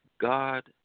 God